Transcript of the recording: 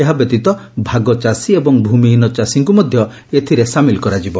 ଏହାବ୍ୟତୀତ ଭାଗଚାଷୀ ଏବଂ ଭୂମିହୀନ ଚାଷୀଙ୍କୁ ମଧ୍ଧ ଏଥିରେ ସାମିଲ୍ କରାଯିବ